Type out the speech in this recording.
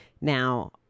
Now